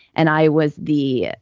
and i was the